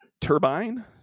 Turbine